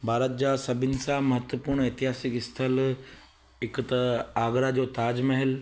भारत जा सभिनि सां महत्वपूर्ण एतिहासिक स्थल हिक त आगरा जो ताज़महल